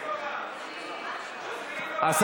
במושב הבא.